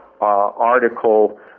article